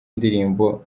indirimbo